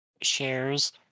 shares